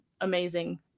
amazing